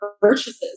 purchases